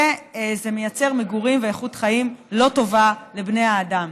וזה מייצר מגורים ואיכות חיים לא טובה לבני האדם.